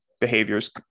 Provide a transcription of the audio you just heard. behaviors